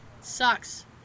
Sucks